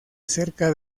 cerca